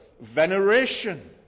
veneration